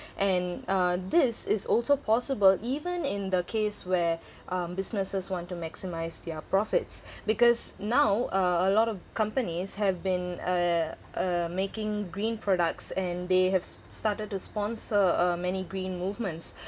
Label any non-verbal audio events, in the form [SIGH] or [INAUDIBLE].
and uh this is also possible even in the case where um businesses want to maximise their profits [BREATH] because now uh a lot of companies have been uh uh making green products and they have s~ started to sponsor uh many green movements